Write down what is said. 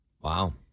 Wow